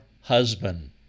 husband